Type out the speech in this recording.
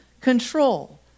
control